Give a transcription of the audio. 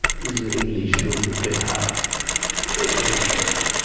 English Urdu پہ تھا interest